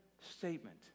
statement